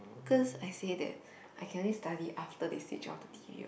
cause I say that I can only study after they switch off the t_v what